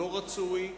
לא רצוי,